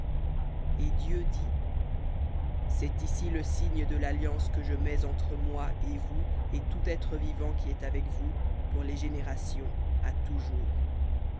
et dieu dit c'est ici le signe de l'alliance que je mets entre moi et vous et tout être vivant qui est avec vous pour les générations à toujours